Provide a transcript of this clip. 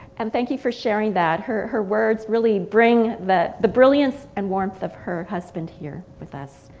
and thank you for sharing that. her her words really bring the the brilliance and warmth of her husband here with us.